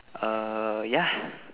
err yeah